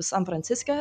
san franciske